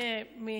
אולי